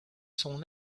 son